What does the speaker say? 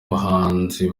abahanzi